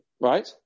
right